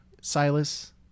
Silas